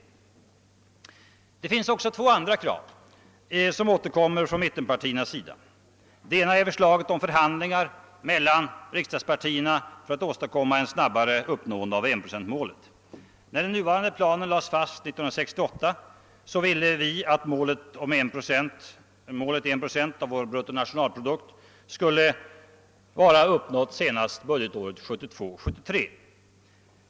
Det finns också två andra krav som återkommer från mittenpartiernas sida. Det ena är förslaget om förhandlingar mellan de stora riksdagspartierna för att åstadkomma ett snabbare uppnående av enprocentsmålet. När den nuvarande planen lades fast år 1968, önskade folkpartiet att målet 1 procent av vår bruttonationalprodukt skulle vara uppnått senast budgetåret 1972/73.